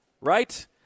right